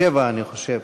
שבע, אני חושב.